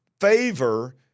Favor